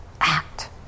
act